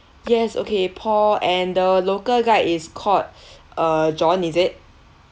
yes okay paul and the local guide is called uh john is it